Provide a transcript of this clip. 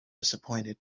disappointed